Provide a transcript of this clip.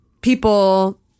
people